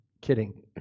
Kidding